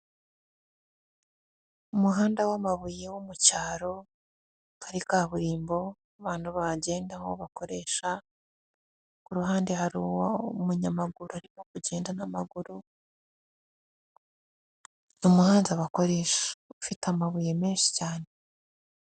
Umuhanda w'amabuye wo mu cyaro akaba ari kaburimbo abantu bagendaho bakoresha, ku ruhande hari umunyamaguru arimo kugenda n'amaguru, umuhanda bakoresha ufite amabuye menshi cyane.